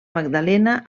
magdalena